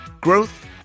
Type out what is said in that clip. growth